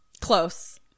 Close